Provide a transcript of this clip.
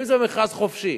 אם זה מכרז חופשי,